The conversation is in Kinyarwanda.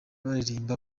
baririmba